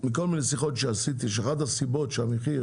מכל מיני שיחות שעשיתי, שאחת הסיבות שהמחיר